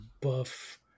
buff